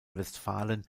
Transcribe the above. westfalen